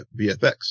VFX